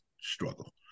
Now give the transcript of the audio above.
struggle